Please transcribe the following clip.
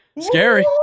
Scary